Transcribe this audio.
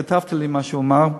אני כתבתי לי מה שהוא אמר,